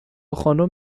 خانوم